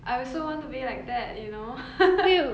I also want to be like that you know